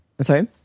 sorry